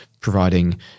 providing